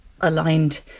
aligned